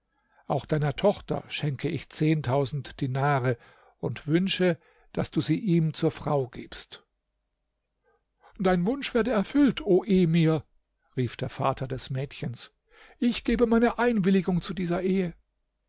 auch deiner tochter schenke ich zehntausend dinare und wünsche daß du sie ihm zur frau gibst dein wunsch werde erfüllt o emir rief der vater des mädchens ich gebe meine einwilligung zu dieser ehe